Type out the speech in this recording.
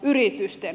kysyn